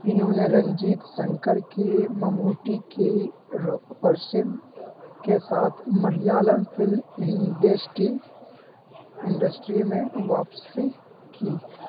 انہوں نے رنجیت شنکر کی مموٹی کی ورشم کے ساتھ ملیالم فلم انڈسٹی انڈسٹری میں واپسی کی